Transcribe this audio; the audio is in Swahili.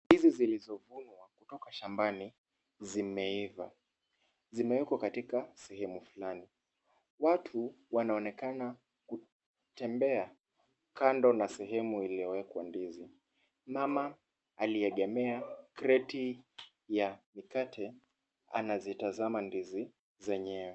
Ndizi zilizovunwa kutoka shambani, zimeiva. Zimewekwa sehemu fulani. Watu ,wanaonekana kutembea, kando na sehemu iliyowekwa ndizi. Mama aliyeegemea kreti za mikate, anazitazama ndizi zenyewe.